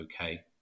okay